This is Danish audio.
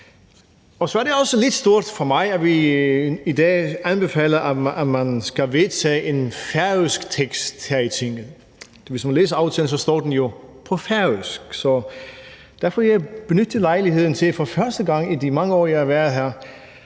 Så er det også lidt stort for mig, at vi i dag anbefaler, at man skal vedtage en færøsk tekst her i Tinget. Hvis man læser aftalen, står den jo på færøsk. Derfor vil jeg benytte lejligheden til for første gang i de mange år, jeg har været her,